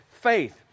faith